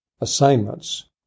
assignments